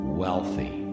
wealthy